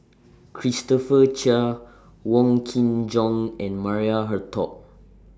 Christopher Chia Wong Kin Jong and Maria Hertogh